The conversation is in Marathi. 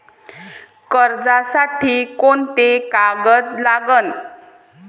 कर्जसाठी कोंते कागद लागन?